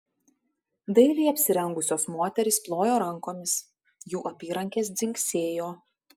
dailiai apsirengusios moterys plojo rankomis jų apyrankės dzingsėjo